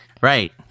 Right